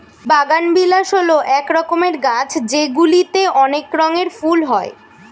বাগানবিলাস হল এক রকমের গাছ যেগুলিতে অনেক রঙের ফুল হয়